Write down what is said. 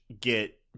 get